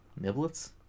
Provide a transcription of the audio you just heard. niblets